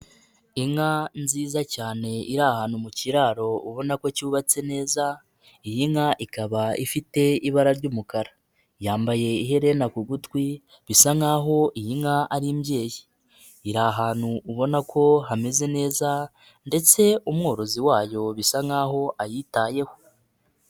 Inka nziza cyane iri ahantu mu kiraro ubona ko cyubatse neza, iyi nka ikaba ifite ibara ry'umukara. Yambaye iherena ku gutwi, bisa nkaho iyi nka ari imbyeyi. Iri ahantu ubona ko hameze neza ndetse umworozi wayo bisa nkaho ayitayeho.